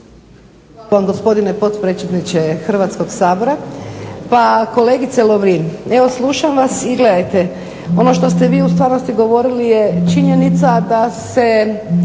Hvala vam gospodine potpredsjedniče Hrvatskog sabora. Pa kolegice Lovrin evo slušam vas i gledajte, ono što ste vi u stvarnosti govorili je činjenica da se